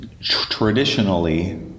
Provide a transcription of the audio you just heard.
traditionally—